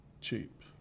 cheap